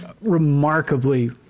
remarkably